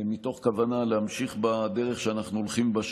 מתוך כוונה להמשיך בדרך שאנחנו הולכים בה,